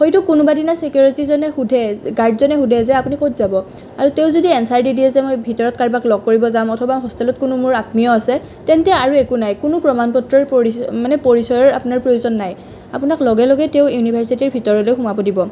হয়তো কোনোবা দিনা চিকিউৰিটীয়ে সুধে গাৰ্ডজনে সুধে যে আপুনি ক'ত যাব আৰু তেওঁ যদি এনচাৰ দি দিয়ে মই ভিতৰত কাৰোবাক লগ কৰিব যাম অথবা হোষ্টেলত কোনো মোৰ আত্মীয় আছে তেন্তে আৰু একো নাই কোনো প্ৰমাণ পত্ৰৰ মানে পৰিচয়ৰ আপোনাৰ প্ৰয়োজন নাই আপোনাক লগে লগেই তেওঁ ইউনিভাৰ্ছিটিৰ ভিতৰলৈ সোমাব দিব